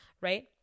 right